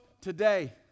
today